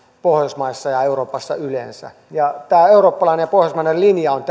pohjoismaissa ja euroopassa yleensä tämä eurooppalainen ja pohjoismainen linja on